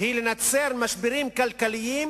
היא לנצל משברים כלכליים